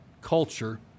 culture